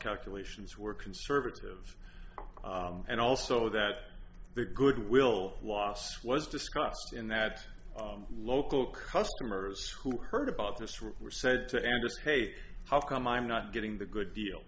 calculations were conservatives and also that the goodwill loss was discussed in that local customers who heard about this were said to anticipate how come i'm not getting the good deal